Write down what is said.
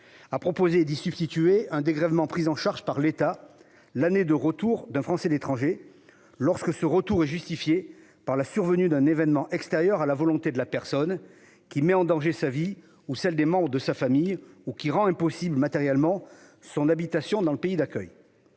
-a proposé d'y substituer un dégrèvement pris en charge par l'État l'année du retour d'un Français de l'étranger, lorsque ce retour est justifié par la survenue d'un événement extérieur à la volonté de celui-ci, qui met en danger sa vie ou celle des membres de sa famille ou qui rend matériellement impossible son habitation dans le pays d'accueil.